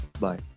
Bye